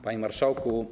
Panie Marszałku!